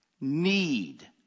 need